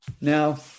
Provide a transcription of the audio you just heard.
Now